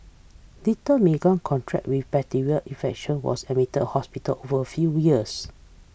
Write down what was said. little Meagan contracted with bacterial infection was admitted hospital over a New Years